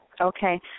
Okay